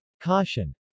caution